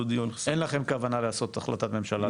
אין לכם כוונה לעשות החלטת ממשלה.